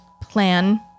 plan